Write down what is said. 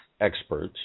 experts